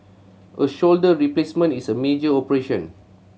a shoulder replacement is a major operation